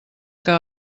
que